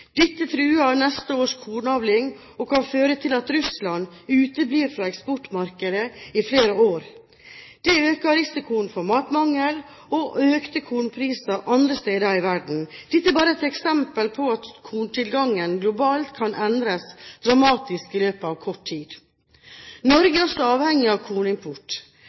Dette truer neste års kornavling og kan føre til at Russland uteblir fra eksportmarkedet i flere år. Det øker risikoen for matmangel og økte kornpriser andre steder i verden. Dette er bare et eksempel på at korntilgangen globalt kan endres dramatisk i løpet av kort tid. Norge er også avhengig av